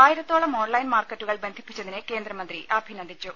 ആയിരത്തോളം ഓൺലൈൻ മാർക്കറ്റുകൾ ബന്ധിപ്പിച്ചതിനെ കേന്ദ്രമന്ത്രി അഭിനന്ദിച്ചു